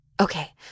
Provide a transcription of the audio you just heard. Okay